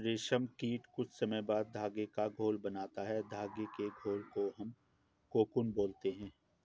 रेशम कीट कुछ समय बाद धागे का घोल बनाता है धागे के घोल को हम कोकून बोलते हैं